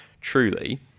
truly